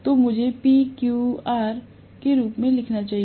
तो मुझे PQR के रूप में लिखना चाहिए